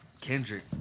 Kendrick